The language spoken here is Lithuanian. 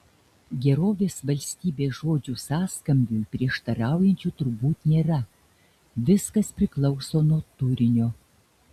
gerovės valstybės žodžių sąskambiui prieštaraujančių turbūt nėra viskas priklauso nuo turinio